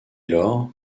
lors